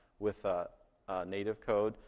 with native code.